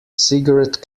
cigarette